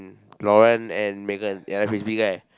Lauren and Megan and the frisbee guy